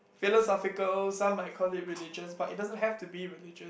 philosophical some might call it religious but it doesn't have to be religious